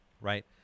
Right